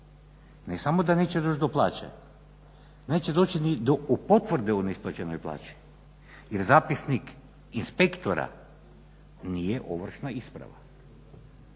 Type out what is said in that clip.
Ne samo da neće doći do plaće, neće doći ni do potvrde o neisplaćenoj plaći jer zapisnik inspektora nije ovršna isprava.